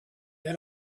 men